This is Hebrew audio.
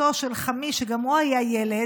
משפחתו של חמי, שגם הוא היה ילד,